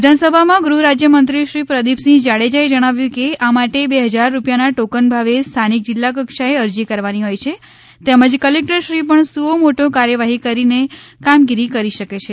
વિધાનસભામાં ગૃહ રાજ્ય મંત્રીશ્રી પ્રદિપસિંહ જાડેજાએ જણાવ્યું કે આ માટે બે હજાર રૂપિયાના ટોકન ભાવે સ્થાનિક જિલ્લા કક્ષાએ અરજી કરવાની હોય છે તેમજ કલેકટરશ્રી પણ સુઓ મોટો કાર્યવાહી કરીને કામગીરી કરી શકે છે